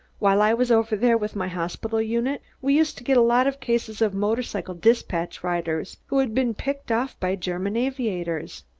while i was over there with my hospital unit we used to get a lot of cases of motorcycle despatch riders who had been picked off by german aviators.